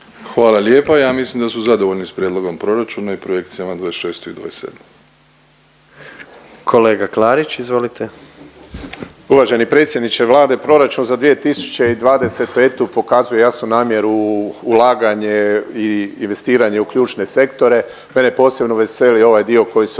Hvala lijepa. Ja mislim da su zadovoljni s prijedlogom proračuna i projekcijama '26. i '27.. **Jandroković, Gordan (HDZ)** Kolega Klarić izvolite. **Klarić, Tomislav (HDZ)** Uvaženi predsjedniče Vlade, proračun za 2025. pokazuje jasnu namjeru ulaganje i investiranje u ključne sektore. Mene posebno veseli ovaj dio koji se